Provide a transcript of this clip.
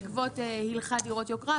בעקבות הלכת "דירות יוקרה",